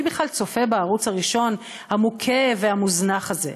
מי בכלל צופה בערוץ הראשון, המוכה והמוזנח הזה?